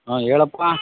ಹಾಂ ಏಳಪ್ಪಾ